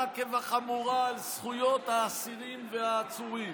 כבחמורה על זכויות האסירים והעצורים.